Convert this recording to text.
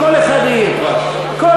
כל אחד העיר כבר.